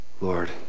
Lord